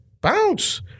Bounce